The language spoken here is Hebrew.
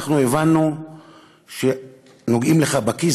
אנחנו הבנו שכשנוגעים לך בכיס,